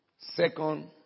Second